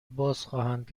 بازخواهند